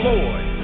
Lord